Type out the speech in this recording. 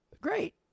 Great